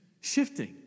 shifting